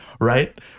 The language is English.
Right